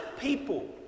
people